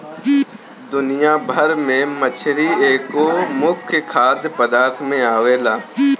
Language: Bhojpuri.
दुनिया भर में मछरी एगो मुख्य खाद्य पदार्थ में आवेला